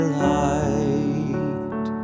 light